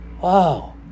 Wow